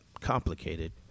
Complicated